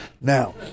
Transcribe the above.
Now